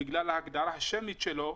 בגלל ההגדרה השמית שלו,